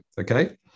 Okay